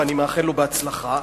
ואני מאחל לו הצלחה.